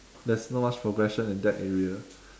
there's not much progression in that area